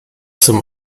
zum